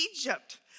Egypt